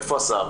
איפה השר,